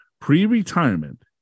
pre-retirement